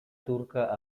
turca